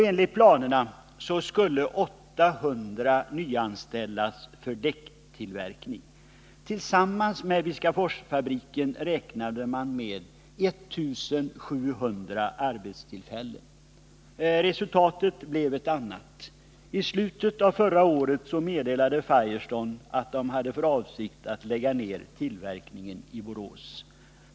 Enligt planerna skulle 800 personer nyanställas för däcktillverkning, och det beräknades att detta, tillsammans med sysselsättningen vid Viskaforsfabriken, skulle ge 1700 nya arbetstillfällen. Resultatet blev dock ett annat. I slutet av förra året meddelade Firestone att man hade för avsikt att lägga ner tillverkningen i Borås.